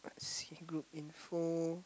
I see group info